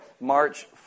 March